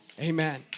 Amen